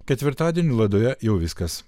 ketvirtadienį laidoje jau viskas